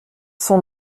sont